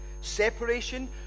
Separation